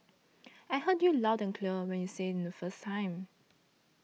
I heard you loud and clear when you said it the first time